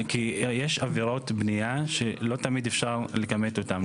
יש עבירות בנייה שלא תמיד אפשר לקמט אותן.